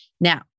Now